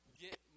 get